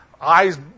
eyes